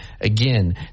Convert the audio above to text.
Again